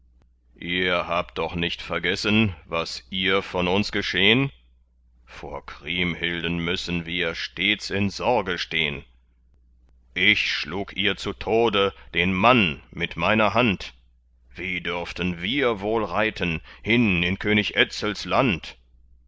ihr habt doch nicht vergessen was ihr von uns geschehn vor kriemhilden müssen wir stets in sorge stehn ich schlug ihr zu tode den mann mit meiner hand wie dürften wir wohl reiten hin in könig etzels land